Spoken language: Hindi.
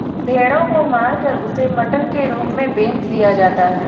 भेड़ों को मारकर उसे मटन के रूप में बेच दिया जाता है